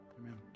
Amen